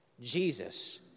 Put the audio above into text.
Jesus